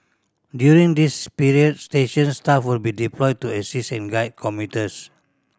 during this period station staff will be deployed to assist and guide commuters